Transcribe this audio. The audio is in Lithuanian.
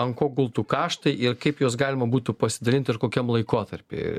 ant ko gultų kaštai ir kaip juos galima būtų pasidalinti ir kokiam laikotarpiui